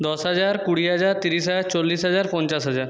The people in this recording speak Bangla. দশ হাজার কুড়ি হাজার তিরিশ হাজার চল্লিশ হাজার পঞ্চাশ হাজার